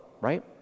right